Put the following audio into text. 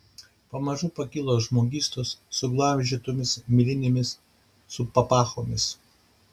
pamažu pakyla žmogystos suglamžytomis milinėmis su papachomis